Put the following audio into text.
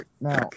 Now